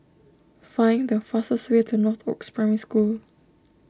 find the fastest way to Northoaks Primary School